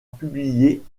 publiée